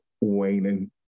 waning